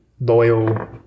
loyal